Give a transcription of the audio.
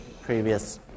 previous